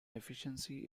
efficiency